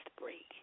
break